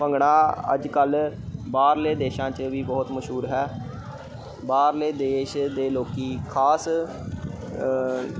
ਭੰਗੜਾ ਅੱਜ ਕੱਲ ਬਾਹਰਲੇ ਦੇਸ਼ਾਂ 'ਚ ਵੀ ਬਹੁਤ ਮਸ਼ਹੂਰ ਹੈ ਬਾਹਰਲੇ ਦੇਸ਼ ਦੇ ਲੋਕ ਖਾਸ